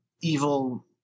evil